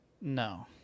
No